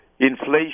Inflation